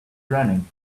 running